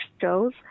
shows